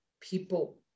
people